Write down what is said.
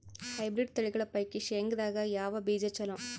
Hybrid ತಳಿಗಳ ಪೈಕಿ ಶೇಂಗದಾಗ ಯಾವ ಬೀಜ ಚಲೋ?